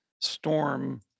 storm